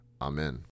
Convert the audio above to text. Amen